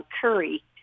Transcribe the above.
Curry